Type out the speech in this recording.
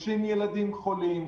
50 ילדים חולים,